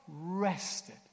rested